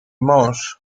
mąż